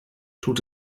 tut